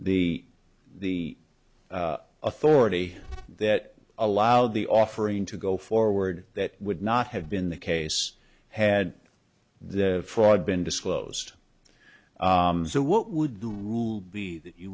the the authority that allowed the offering to go forward that would not have been the case had the fraud been disclosed so what would the rule be that you